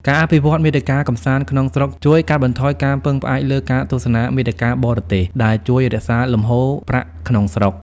ការអភិវឌ្ឍន៍មាតិកាកម្សាន្តក្នុងស្រុក ជួយកាត់បន្ថយការពឹងផ្អែកលើការទស្សនាមាតិកាបរទេស ដែលជួយរក្សាលំហូរប្រាក់ក្នុងស្រុក។